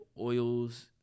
oils